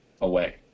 away